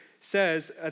says